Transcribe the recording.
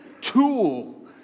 tool